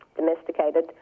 domesticated